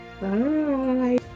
Bye